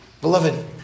Beloved